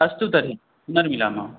अस्तु तर्हि पुनर्मिलामः